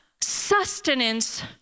sustenance